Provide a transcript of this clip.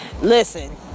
Listen